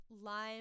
lime